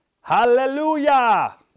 Hallelujah